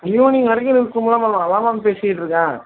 evening வரைக்கும் இருக்கணும்ல ma'am அதான் மேம் பேசிட்டுருக்கேன்